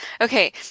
okay